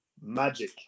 magic